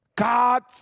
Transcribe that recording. God